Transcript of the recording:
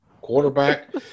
quarterback